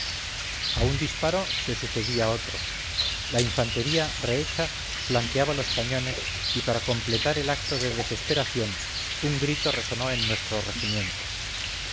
a un disparo se sucedía otro la infantería rehecha flanqueaba los cañones y para completar el acto de desesperación un grito resonó en nuestro regimiento